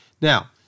Now